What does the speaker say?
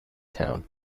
town